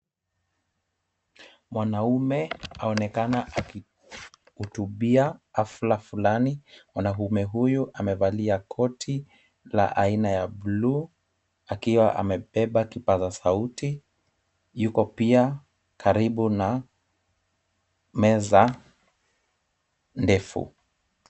Mwanaume aonekana akihutubia hafla fulani. Mwanaume huyu amevalia koti la aina ya buluu akiwa amebeba kipaza sauti, yuko pia karibu na meza ndefu.